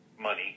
money